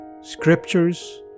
scriptures